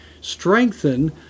strengthen